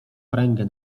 pręgę